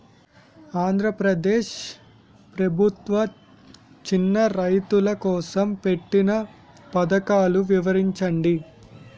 ఆంధ్రప్రదేశ్ ప్రభుత్వ చిన్నా రైతుల కోసం పెట్టిన పథకాలు వివరించండి?